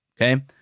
Okay